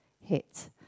hit